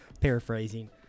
paraphrasing